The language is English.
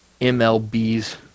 MLB's